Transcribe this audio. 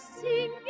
sing